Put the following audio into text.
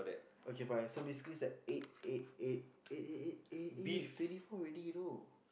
okay right so basically its like eight eight eight eight eight eight eight eh like twenty four already you know